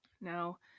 Now